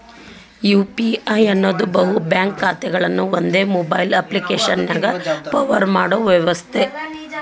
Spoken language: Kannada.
ಯು.ಪಿ.ಐ ಅನ್ನೋದ್ ಬಹು ಬ್ಯಾಂಕ್ ಖಾತೆಗಳನ್ನ ಒಂದೇ ಮೊಬೈಲ್ ಅಪ್ಪ್ಲಿಕೆಶನ್ಯಾಗ ಪವರ್ ಮಾಡೋ ವ್ಯವಸ್ಥೆ